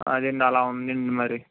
అదే అండి అలా ఉందండి మరి